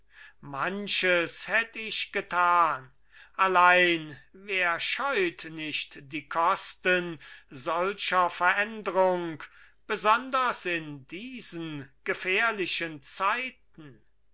manches hätt ich getan allein wer scheut nicht die kosten solcher verändrung besonders in diesen gefährlichen zeiten